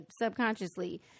subconsciously